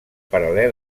paral·lel